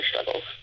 struggles